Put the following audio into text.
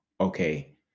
okay